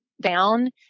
down